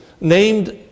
named